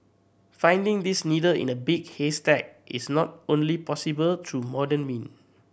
finding this needle in a big haystack is not only possible through modern mean